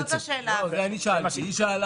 זאת השאלה שלי,